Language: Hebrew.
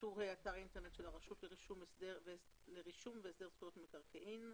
טור ה' אתר האינטרנט של הרשות לרישום והסדר זכויות במקרקעין.